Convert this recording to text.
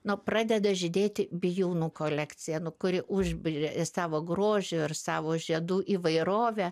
na pradeda žydėti bijūnų kolekcija nu kuri užburia savo grožiu ir savo žiedų įvairove